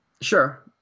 Sure